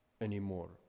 anymore